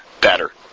better